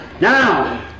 Now